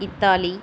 Italy